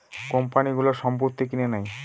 কোম্পানিগুলো সম্পত্তি কিনে নেয়